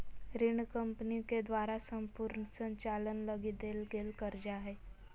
ऋण कम्पनी के द्वारा सम्पूर्ण संचालन लगी देल गेल कर्जा हइ